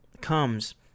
comes